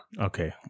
okay